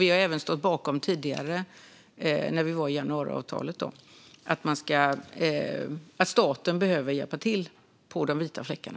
Vi har även tidigare, när vi stod bakom januariavtalet, sagt att staten behöver hjälpa till på de vita fläckarna.